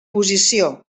posició